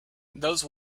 those